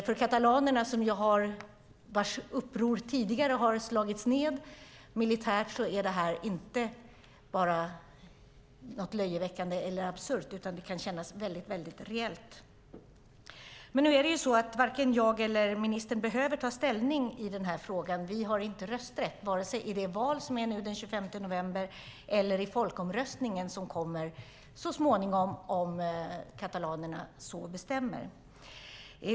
För katalanerna, vars uppror tidigare har slagits ned militärt, är det här inte något löjeväckande eller absurt, utan det kan kännas väldigt reellt. Varken jag eller ministern behöver ta ställning i den här frågan. Vi har inte rösträtt vare sig i det val som äger rum den 25 november eller i den folkomröstning som kommer så småningom om katalanerna så bestämmer.